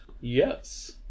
Yes